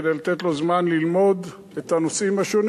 כדי לתת לו זמן ללמוד את הנושאים השונים